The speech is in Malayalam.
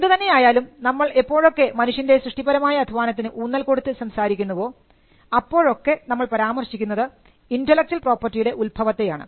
എന്തുതന്നെയായാലും നമ്മൾ എപ്പോഴൊക്കെ മനുഷ്യൻറെ സൃഷ്ടിപരമായ അധ്വാനത്തിന് ഊന്നൽ കൊടുത്ത് സംസാരിക്കുന്നവോ അപ്പോഴൊക്കെ നമ്മൾ പരാമർശിക്കുന്നത് ഇന്റെലക്ച്വൽ പ്രോപ്പർട്ടിയുടെ ഉൽഭവത്തെയാണ്